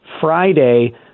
Friday